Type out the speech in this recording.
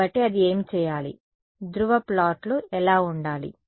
కాబట్టి అది ఏమి చేయాలి ధ్రువ ప్లాట్లు ఎలా ఉండాలి